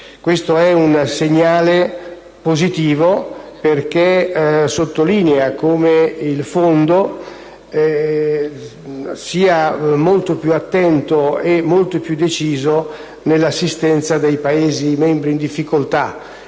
È un segnale positivo perché sottolinea come il Fondo sia molto più attento e più deciso nell'assistenza dei Paesi membri in difficoltà.